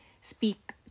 speak